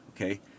Okay